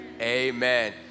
amen